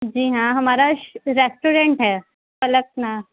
جی ہاں ہمارا ریسٹورینٹ ہے فلک نا